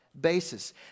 basis